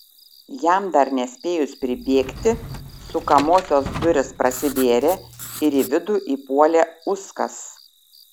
jam dar nespėjus pribėgti sukamosios durys prasivėrė ir į vidų įpuolė uskas